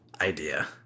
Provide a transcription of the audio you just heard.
idea